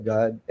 God